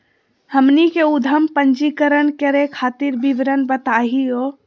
हमनी के उद्यम पंजीकरण करे खातीर विवरण बताही हो?